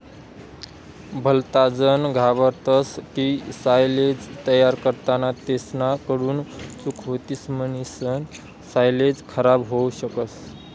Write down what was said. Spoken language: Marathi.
भलताजन घाबरतस की सायलेज तयार करताना तेसना कडून चूक होतीन म्हणीसन सायलेज खराब होवू शकस